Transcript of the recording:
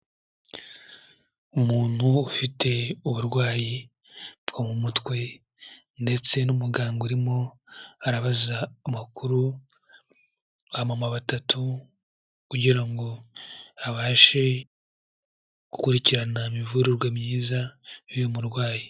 Umuntu ufite uburwayi bwo mu mutwe, ndetse n'umuganga urimo arabaza amakuru aba mama batatu, kugira ngo abashe gukurikirana imivurirwe myiza y'uyu murwayi.